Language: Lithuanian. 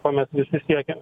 ko mes visi siekiam